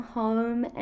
home